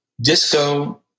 disco